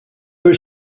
were